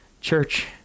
church